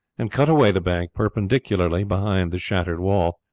and cut away the bank perpendicularly behind the shattered wall,